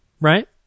right